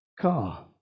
car